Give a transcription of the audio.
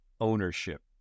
ownership